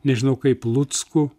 nežinau kaip luckų